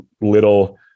little